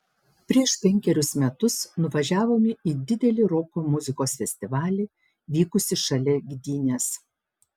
prieš penkerius metus nuvažiavome į didelį roko muzikos festivalį vykusį šalia gdynės